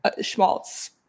Schmaltz